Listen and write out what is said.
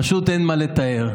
פשוט אין מה לתאר.